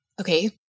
okay